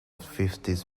fifties